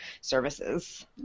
services